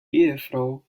ehefrau